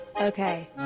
Okay